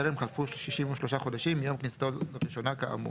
טרם חלפו 63 חודשים מיום כניסתו לראשונה כאמור.